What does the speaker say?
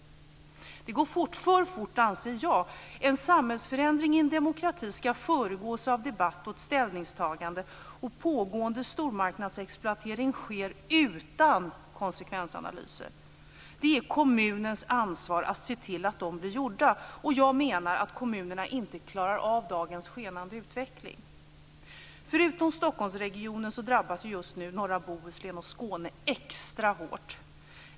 Det går för fort, anser jag. En samhällsförändring i en demokrati ska föregås av en debatt och ett ställningstagande. Pågående stormarknadsexploatering sker utan konsekvensanalyser. Det är kommunens ansvar att se till att de blir gjorda. Jag menar att kommunerna inte klarar av dagens skenande utveckling. Förutom Stockholmsregionen drabbas just nu norra Bohuslän och Skåne extra hårt.